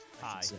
hi